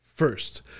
First